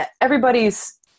Everybody's